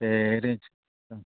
ते एरेंज